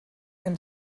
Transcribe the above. and